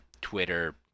Twitter